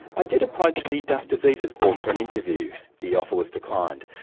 i did approach the dust diseases board for an interview. the offer was declined.